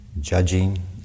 judging